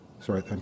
sorry